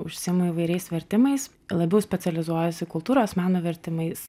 užsiimu įvairiais vertimais labiau specializuojuosi kultūros meno vertimais